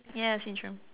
ya syndrome